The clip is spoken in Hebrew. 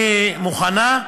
אני מוכנה,